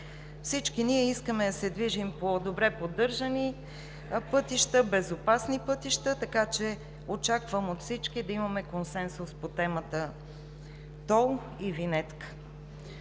Всички ние искаме да се движим по добре поддържани пътища, безопасни пътища, така че очаквам от всички да имаме консенсус по темата тол и винетка.